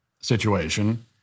situation